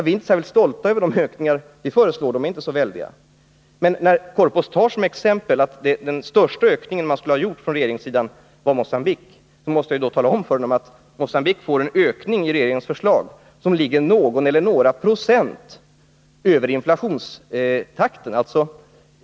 Vi är inte särskilt stolta över de ökningar vi föreslår — de är inte så väldiga. Men när Sture Korpås tar som exempel att den största ökniug man gjort från regeringens sida gäller Mogambique måste jag tala om för honom att Mogambique enligt regeringens förslag får en ökning som ligger på någon eller några procent över inflationstakten.